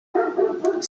soler